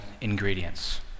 ingredients